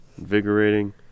Invigorating